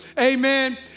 Amen